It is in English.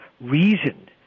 reason